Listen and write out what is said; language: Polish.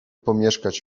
pomieszkać